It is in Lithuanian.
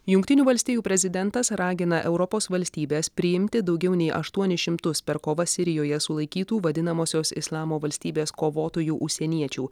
jungtinių valstijų prezidentas ragina europos valstybes priimti daugiau nei aštuonis šimtus per kovas sirijoje sulaikytų vadinamosios islamo valstybės kovotojų užsieniečių